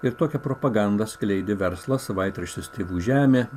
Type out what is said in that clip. ir tokią propagandą skleidė verslas savaitraštis tėvų žemė